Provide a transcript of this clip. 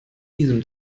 diesem